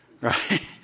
Right